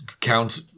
Count